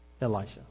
Elisha